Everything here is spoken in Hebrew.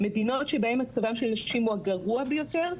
מדינות שבהם מצבם של נשים הוא הגרוע ביותר,